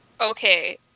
Okay